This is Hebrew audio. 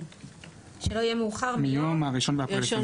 זאת אומרת שאם מוצר שיוצר עכשיו, ב-1 באפריל,